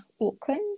Auckland